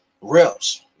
reps